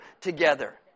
together